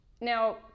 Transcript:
Now